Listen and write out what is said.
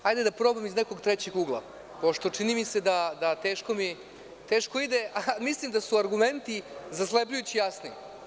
Hajde da probam iz nekog trećeg ugla, pošto mi se čini da teško ide, a mislim da su argumenti zaslepljujuće jasni.